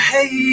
Hey